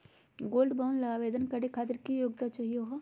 Gold bond ल आवेदन करे खातीर की योग्यता चाहियो हो?